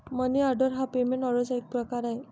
मनी order हा payment ऑर्डरचा एक प्रकार आहे